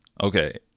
Okay